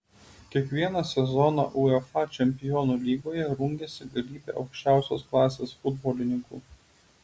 kiekvieną sezoną uefa čempionų lygoje rungiasi galybė aukščiausios klasės futbolininkų